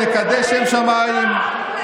נקדש שם שמיים,